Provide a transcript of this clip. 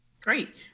Great